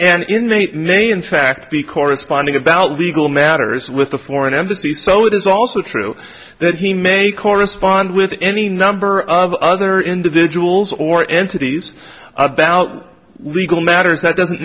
and in the may in fact be corresponding about legal matters with the foreign embassies so it is also true that he may correspond with any number of other individuals or entities legal matters that doesn't